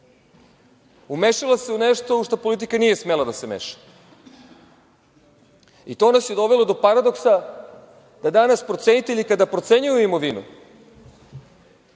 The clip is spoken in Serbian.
Umešala se u nešto u šta politika nije smela da se meša. To nas je dovelo do paradoksa da danas procenitelji kada procenjuju imovinu